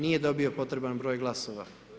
Nije dobio potreban broj glasova.